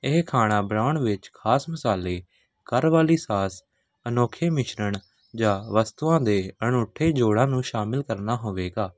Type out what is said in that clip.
ਇਹ ਖਾਣਾ ਬਣਾਉਣ ਵਿੱਚ ਖਾਸ ਮਸਾਲੇ ਘਰ ਵਾਲੀ ਸਾਸ ਅਨੌਖੇ ਮਿਸ਼ਰਣ ਜਾਂ ਵਸਤੂਆਂ ਦੇ ਅਨੂਠੇ ਜੋੜਾਂ ਨੂੰ ਸ਼ਾਮਿਲ ਕਰਨਾ ਹੋਵੇਗਾ